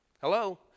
Hello